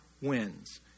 wins